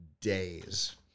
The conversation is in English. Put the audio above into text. days